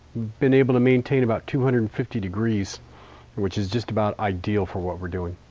been able to maintain about two hundred and fifty degrees which is just about ideal for what we're doing.